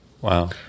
wow